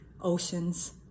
oceans